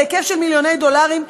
בהיקף של מיליוני דולרים,